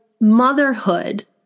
motherhood